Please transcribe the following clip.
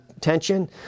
tension